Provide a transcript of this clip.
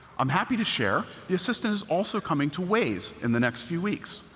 i'm happy to share, the assistant is also coming to waze in the next few weeks